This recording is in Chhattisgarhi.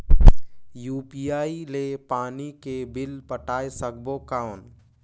यू.पी.आई ले पानी के बिल पटाय सकबो कौन?